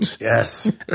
yes